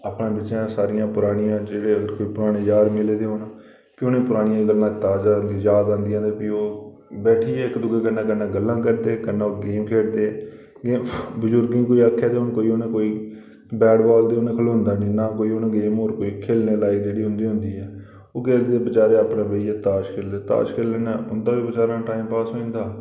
आपें बिच्चें सारियां परानियां जेह्ड़े पराने यार मिले दे होन प्ही उ'नेंगी परानियां गल्लां ताज़ा याद औंदियां ते ओह् ते बैठियै कन्नै ओह् गल्लां करदे कन्नै ओह् पीह्न खेल्लदे ते बजुर्गें गी कोई आक्खै ते उ'नें कोई बैट बॉल ते उ'नें खलोंदा नेईं ते ना कोई होर गेम खेलने दे लायक उंदे होंदी ऐ ते ओह् अपने बेहियै बचारे ताश खेल्लदे ताश खेलने कन्नै उं'दा बी बचारा टाईमपास होई जंदा